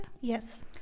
Yes